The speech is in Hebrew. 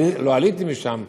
לא עליתי משם.